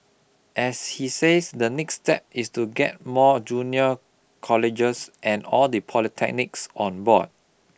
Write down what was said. as he says the next step is to get more junior colleges and all the polytechnics on board